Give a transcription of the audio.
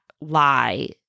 lie